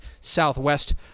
Southwest